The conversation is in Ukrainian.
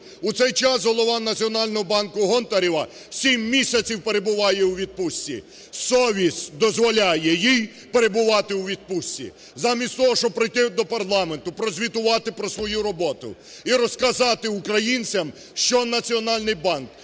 У цей час голова Національного банку Гонтарева сім місяців перебуває у відпустці. Совість дозволяє їй перебувати у відпустці. Замість того, щоб прийти до парламенту, прозвітувати про свою роботу і розказати українцям, що Національний банк,